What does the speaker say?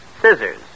scissors